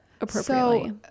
appropriately